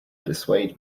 dissuade